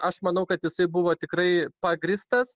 aš manau kad jisai buvo tikrai pagrįstas